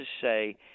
say